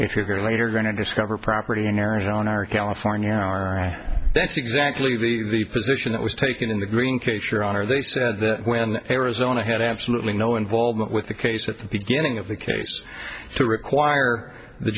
if you're late are going to discover property in arizona or california that's exactly the position that was taken in the green case your honor they said when arizona had absolutely no involvement with the case at the beginning of the case to require the